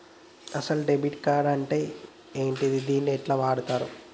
అసలు debit card అంటే ఏంటిది? దీన్ని ఎట్ల వాడుతరు?